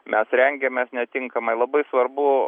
mes rengiamės netinkamai labai svarbu